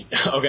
okay